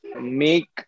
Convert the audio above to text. make